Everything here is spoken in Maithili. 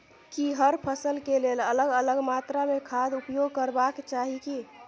की हर फसल के लेल अलग अलग मात्रा मे खाद उपयोग करबाक चाही की?